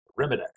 Remedex